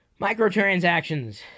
Microtransactions